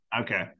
okay